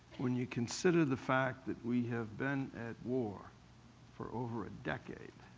when you consider the fact that we have been at war for over a decade